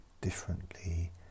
differently